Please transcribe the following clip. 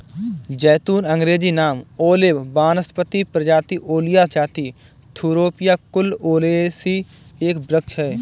ज़ैतून अँग्रेजी नाम ओलिव वानस्पतिक प्रजाति ओलिया जाति थूरोपिया कुल ओलियेसी एक वृक्ष है